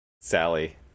sally